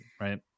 Right